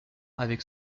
avec